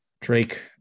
Drake